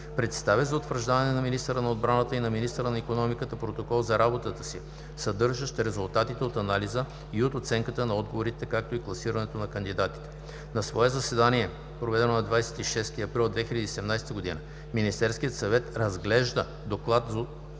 представя за утвърждаване на министъра на отбраната и на министъра на икономиката протокол за работата си, съдържащ резултатите от анализа и от оценката на отговорите, както и класирането на кандидатите. На свое заседание, проведено на 26 април 2017 г., Министерският съвет разглежда „Доклад за одобряване